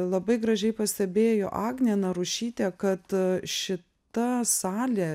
labai gražiai pastebėjo agnė narušytė kad šita salė